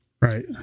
Right